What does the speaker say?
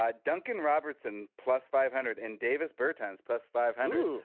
um duncan robertson plus five hundred and davis burton's plus five hundred.